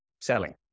selling